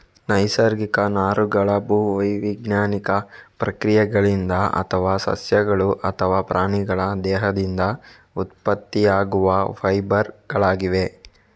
ನೈಸರ್ಗಿಕ ನಾರುಗಳು ಭೂ ವೈಜ್ಞಾನಿಕ ಪ್ರಕ್ರಿಯೆಗಳಿಂದ ಅಥವಾ ಸಸ್ಯಗಳು ಅಥವಾ ಪ್ರಾಣಿಗಳ ದೇಹದಿಂದ ಉತ್ಪತ್ತಿಯಾಗುವ ಫೈಬರ್ ಗಳಾಗಿವೆ